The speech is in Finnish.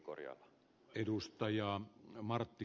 arvoisa herra puhemies